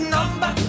number